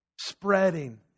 Spreading